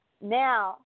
Now